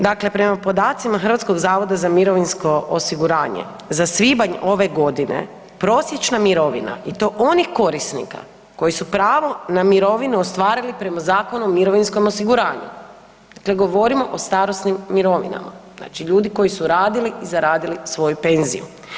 Dakle, prema podacima Hrvatskog zavoda za mirovinsko osiguranje, za svibanj ove godine, prosječna mirovina i to onih korisnika koji su pravo na mirovinu ostvarili prema Zakonu o mirovinskom osiguranju, dakle govorimo o starosnim mirovinama, dakle ljudi koji su radili i zaradili svoju penziju.